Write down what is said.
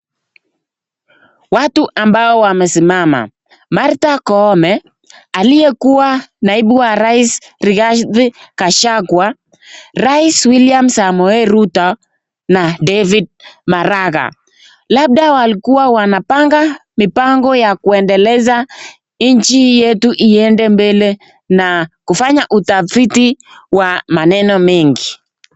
Watu ambao wamesimama Martha koome aliyekuwa naibu wa rais Rigathi Gachagua rais William Samoei Ruto na David Maraga, labda walikuwa wanapanga mipango ya kuendeleza nchi yetu iende mbele na kufanya utafiti wa maneno mengi.